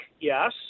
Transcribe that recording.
yes